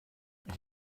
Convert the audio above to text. ich